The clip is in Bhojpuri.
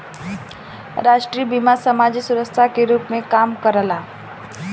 राष्ट्रीय बीमा समाजिक सुरक्षा के रूप में काम करला